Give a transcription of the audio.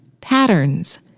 patterns